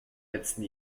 letzten